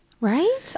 Right